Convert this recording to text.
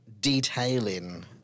detailing